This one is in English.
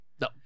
No